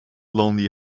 lonely